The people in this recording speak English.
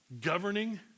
governing